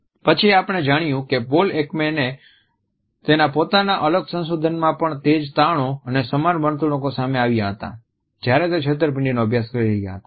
પછી આપણે જાણ્યું કે પોલ એકમેનને તેના પોતાના અલગ સંશોધનમાં પણ તે જ તારણો અને સમાન વર્તણૂકો સામે આવ્યા હતા જ્યારે તે છેતરપિંડીનો અભ્યાસ કરી રહ્યા હતા